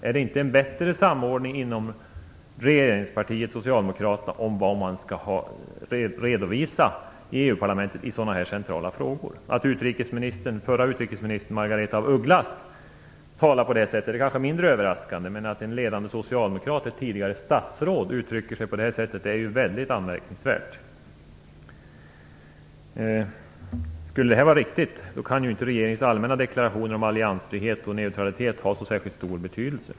Är det inte bättre samordning inom regeringspartiet Socialdemokraterna om vad man skall redovisa i EU parlamentet i sådana här centrala frågor? Att förra utrikesministern Margaretha af Ugglas talade på det sättet är kanske mindre överraskande. Att en ledande socialdemokrat, ett tidigare statsråd, uttrycker sig så är ju väldigt anmärkningsvärt. Skulle det här vara riktigt, kan inte regeringens allmänna deklarationer om alliansfrihet och neutralitet ha så särskilt stor betydelse.